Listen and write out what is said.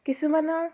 কিছুমানৰ